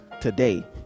today